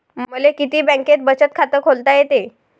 मले किती बँकेत बचत खात खोलता येते?